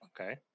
Okay